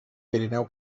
pirineu